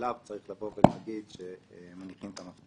תודה על ההזדמנות להופיע בפניכם ולהציג את מערך